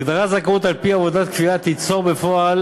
הגדרת זכאות על-פי עבודת כפייה תיצור בפועל